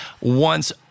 once-